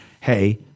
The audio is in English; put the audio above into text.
hey